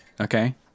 okay